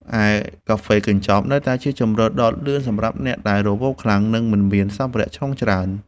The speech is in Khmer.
ឯកាហ្វេកញ្ចប់ នៅតែជាជម្រើសដ៏លឿនសម្រាប់អ្នកដែលរវល់ខ្លាំង និងមិនមានសម្ភារៈឆុងច្រើន។